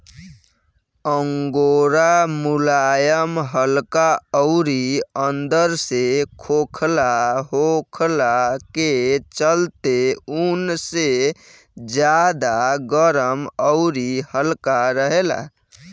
angora मुलायम हल्का अउरी अंदर से खोखला होखला के चलते ऊन से ज्यादा गरम अउरी हल्का रहेला